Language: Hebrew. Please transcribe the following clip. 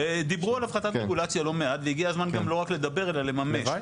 דיברו על הפחתת רגולציה לא מעט והגיע הזמן גם לא רק לדבר אלא גם לממש.